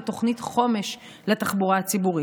לתוכנית חומש לתחבורה הציבורית.